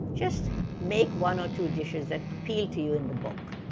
just make one or two dishes that appeal to you in the book.